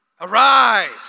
arise